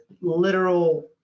literal